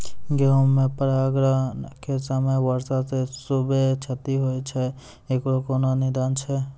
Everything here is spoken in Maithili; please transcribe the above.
गेहूँ मे परागण के समय वर्षा से खुबे क्षति होय छैय इकरो कोनो निदान छै?